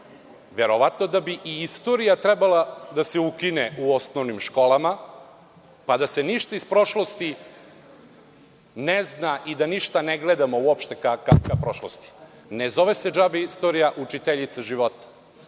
verovatno da bi i istorija trebalo da se ukine u osnovnim školama, pa da se ništa iz prošlosti ne zna i da ništa ne gledamo uopšte ka prošlosti. Ne zove se džabe istorija „učiteljica života“,